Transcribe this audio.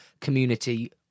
community